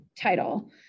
title